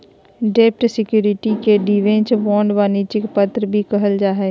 डेब्ट सिक्योरिटी के debenture, bond, वाणिज्यिक पत्र भी कहल जा हय